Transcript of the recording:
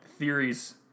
theories